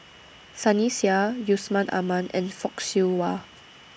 Sunny Sia Yusman Aman and Fock Siew Wah